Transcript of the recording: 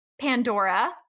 Pandora